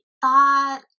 thought